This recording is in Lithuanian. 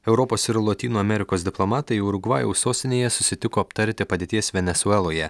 europos ir lotynų amerikos diplomatai urugvajaus sostinėje susitiko aptarti padėties venesueloje